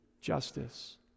justice